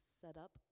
setup